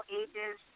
ages